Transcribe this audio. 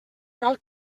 cal